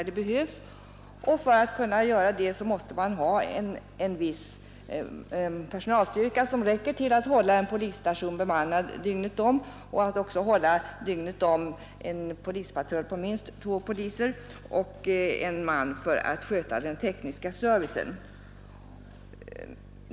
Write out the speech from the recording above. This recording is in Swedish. Det krävs för den saken en viss personalstyrka som räcker till att hålla en polisstation bemannad dygnet om och till att under samma tid hålla en patrull på minst två poliser samt en man för att sköta erforderlig teknisk service.